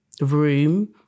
room